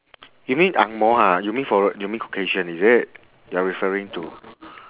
you mean angmoh ha you mean forei~ you mean caucasian is it you are referring to